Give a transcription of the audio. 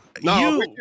no